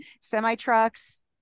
Semi-trucks